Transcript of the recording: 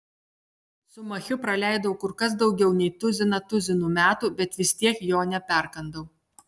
su machiu praleidau kur kas daugiau nei tuziną tuzinų metų bet vis tiek jo neperkandau